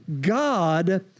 God